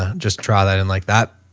ah just draw that in like that.